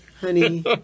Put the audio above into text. Honey